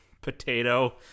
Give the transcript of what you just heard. Potato